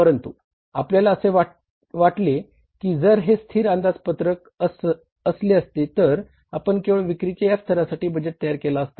परंतु आपल्याला असे वाटले की जर हे स्थिर अंदाजपत्रक असले असते तर आपण केवळ विक्रीच्या या स्तरासाठी बजेट तयार केला असता